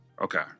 Okay